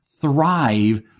thrive